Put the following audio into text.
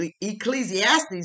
Ecclesiastes